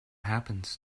happens